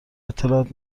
اطلاعات